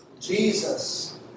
Jesus